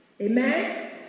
Amen